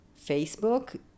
Facebook